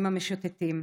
המשוטטים,